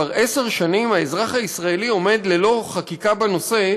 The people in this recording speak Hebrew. שכבר עשר שנים האזרח הישראלי עומד ללא חקיקה בנושא,